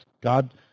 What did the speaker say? God